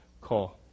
call